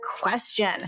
question